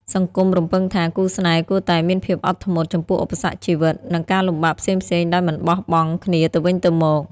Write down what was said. សង្គមរំពឹងថា គូស្នេហ៍គួរតែ "មានភាពអត់ធ្មត់" ចំពោះឧបសគ្គជីវិត និងការលំបាកផ្សេងៗដោយមិនបោះបង់គ្នាទៅវិញទៅមក។